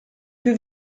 più